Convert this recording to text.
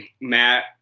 matt